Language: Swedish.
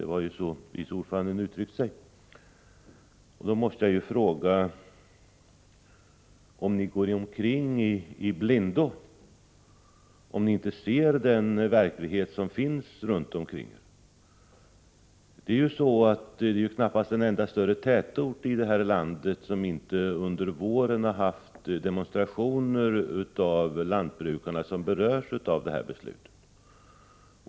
— Det var ju så vice ordföranden uttryckte sig. Jag måste fråga om ni går omkring i blindo, om ni inte ser den verklighet som finns runt omkring er. Det finns knappast en enda större tätort i det här landet, som inte under våren har haft demonstrationer av lantbrukarna, vilka berörs av det här beslutet.